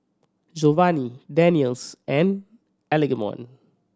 Jovany Daniele's and Algernon